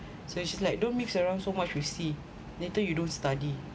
so she like don't mix around so much with C later you don't study